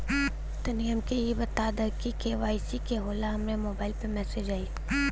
तनि हमके इ बता दीं की के.वाइ.सी का होला हमरे मोबाइल पर मैसेज आई?